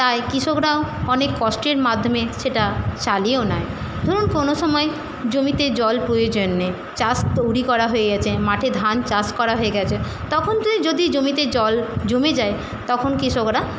তাই কৃষকরাও অনেক কষ্টের মাধ্যমে সেটা চালিয়েও নেয় ধরুন কোনও সময়ে জমিতে জল প্রয়োজন নেই চাষ তৈরি করা হয়ে গেছে মাঠে ধান চাষ করা হয়ে গেছে তখন তুই যদি জমিতে জল জমে যায় তখন কৃষকরা